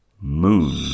moon